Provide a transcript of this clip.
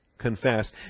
confess